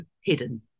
hidden